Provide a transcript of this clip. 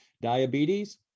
Diabetes